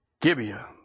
Gibeah